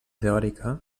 teòrica